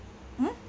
hmm